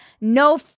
no